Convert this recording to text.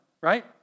right